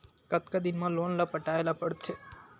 कतका दिन मा लोन ला पटाय ला पढ़ते?